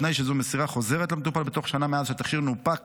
בתנאי שזאת מסירה חוזרת למטופל בתוך שנה מאז שהתכשיר נופק